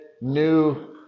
new